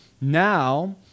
Now